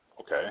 Okay